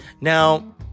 Now